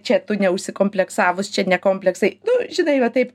čia tu neužsikompleksavus čia ne kompleksai nu žinai va taip